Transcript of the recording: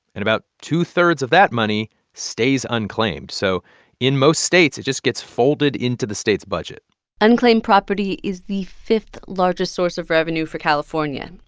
and about two-thirds of that money stays unclaimed. so in most states, it just gets folded into the state's budget unclaimed property is the fifth largest source of revenue for california.